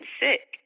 sick